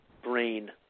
brain